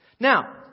Now